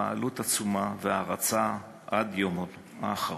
התפעלות עצומה והערצה עד יומו האחרון.